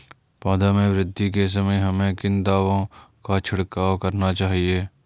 पौधों में वृद्धि के समय हमें किन दावों का छिड़काव करना चाहिए?